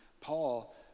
paul